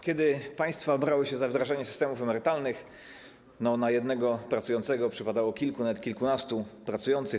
Kiedy państwa brały się za wdrażanie systemów emerytalnych, na jednego pracującego przypadało kilku, nawet kilkunastu pracujących.